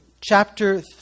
Chapter